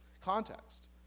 Context